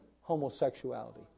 homosexuality